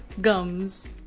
gums